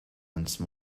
once